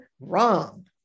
wrong